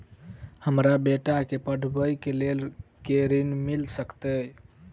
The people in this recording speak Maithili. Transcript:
हमरा बेटा केँ पढ़ाबै केँ लेल केँ ऋण मिल सकैत अई?